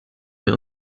wir